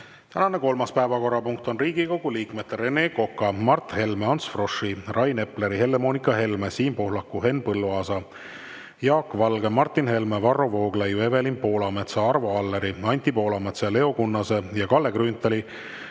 Tänane kolmas päevakorrapunkt on Riigikogu liikmete Rene Koka, Mart Helme, Ants Froschi, Rain Epleri, Helle-Moonika Helme, Siim Pohlaku, Henn Põlluaasa, Jaak Valge, Martin Helme, Varro Vooglaiu, Evelin Poolametsa, Arvo Alleri, Anti Poolametsa, Leo Kunnase ja Kalle Grünthali